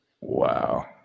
wow